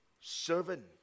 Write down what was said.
servant